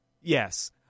Yes